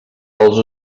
els